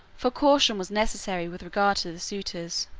for caution was necessary with regard to the suitors,